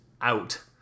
out